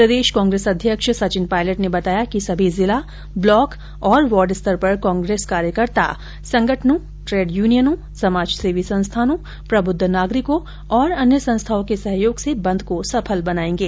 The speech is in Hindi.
प्रदेश कांग्रेस अध्यक्ष सचिन पायलट ने बताया कि सभी जिला ब्लॉक और वार्ड स्तर पर कांग्रेस कार्यकर्ता संगठनों ट्रेड यूनियनों समाजसेवी संस्थानों प्रबुद्ध नागरिकों और अन्य संस्थाओं के सहयोग से बंद को सफल बनायेंगे